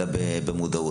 בכל הגילאים ובכל המגזרים.